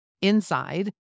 inside